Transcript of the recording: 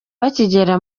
bakigera